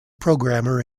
programmer